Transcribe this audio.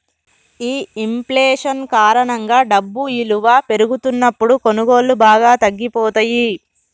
ఈ ఇంఫ్లేషన్ కారణంగా డబ్బు ఇలువ పెరుగుతున్నప్పుడు కొనుగోళ్ళు బాగా తగ్గిపోతయ్యి